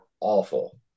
awful